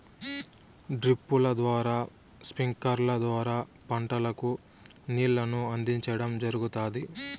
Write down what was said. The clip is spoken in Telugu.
డ్రిప్పుల ద్వారా స్ప్రింక్లర్ల ద్వారా పంటలకు నీళ్ళను అందించడం జరుగుతాది